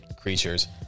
creatures